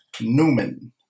Newman